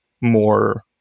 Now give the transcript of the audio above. more